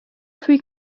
three